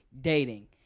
dating